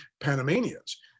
Panamanians